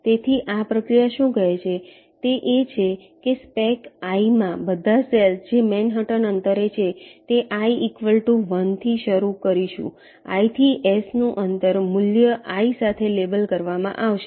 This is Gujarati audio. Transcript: તેથી આ પ્રક્રિયા શું કહે છે તે એ છે કે સ્પેક i માં બધા સેલ્સ જે મેનહટનના અંતરે છે તે i1 થી શરૂ કરીશું i થી S નું અંતર મૂલ્ય i સાથે લેબલ કરવામાં આવશે